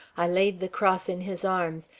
i laid the cross in his arms,